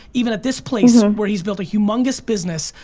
even at this place where he's built a humongous business,